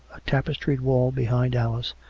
a tapestried wall be hind alice,